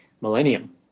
millennium